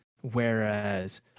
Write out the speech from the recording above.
whereas